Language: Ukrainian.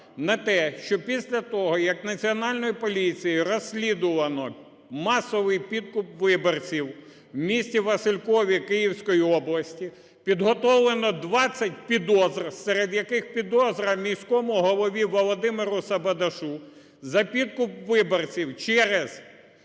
на те, що після того, як Національною поліцією розслідувано масовий підкуп виборців в місті Василькові Київської області підготовлено 20 підозр, серед яких підозра міському голові Володимиру Сабодашу за підкуп виборців через